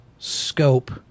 Scope